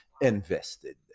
invested